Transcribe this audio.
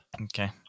Okay